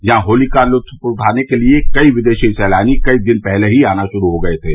यहां होली का लुत्फ उठाने के लिए विदेशी सैलानी कई दिन पहले से ही आना शुरू हो गये थे